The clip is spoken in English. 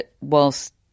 whilst